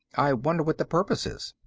i wonder what the purpose is.